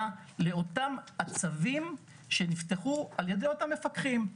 לאותם הצווים שנפתחו על ידי אותם מפקחים.